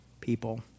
people